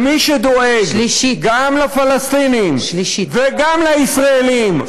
כמי שדואג גם לפלסטינים וגם לישראלים,